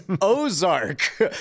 Ozark